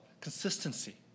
consistency